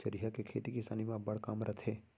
चरिहा के खेती किसानी म अब्बड़ काम रथे